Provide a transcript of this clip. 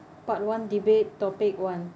part one debate topic one